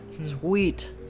Sweet